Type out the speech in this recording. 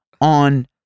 on